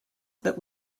that